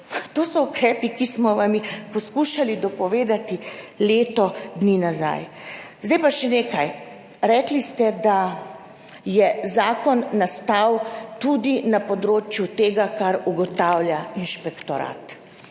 to so ukrepi, ki smo vam jih poskušali dopovedati leto dni nazaj. Zdaj pa še nekaj. Rekli ste, da je zakon nastal tudi na področju tega, kar ugotavlja inšpektorat.